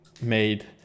made